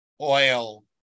oil